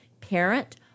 parent